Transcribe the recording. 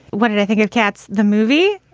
what did i think of cats? the movie.